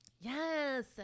Yes